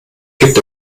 gibt